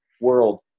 world